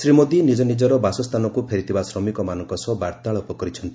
ଶ୍ରୀ ମୋଦି ନିଜନିଜର ବାସସ୍ଥାନକୁ ଫେରିଥିବା ଶ୍ରମିକମାନଙ୍କ ସହ ବାର୍ତ୍ତାଳାପ କରିଛନ୍ତି